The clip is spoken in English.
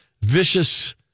vicious